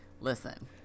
Listen